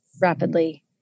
rapidly